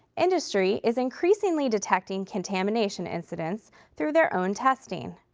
industry is increasingly detecting contamination incidents through their own testing.